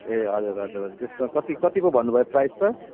ए हजुर हजुर हजुर त्यसमा कति कति पो भन्नु भयो प्राइस त